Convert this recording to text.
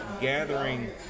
gathering